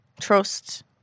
trust